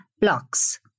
blocks